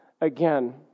again